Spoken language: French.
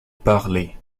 parler